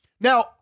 Now